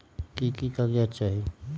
की की कागज़ात चाही?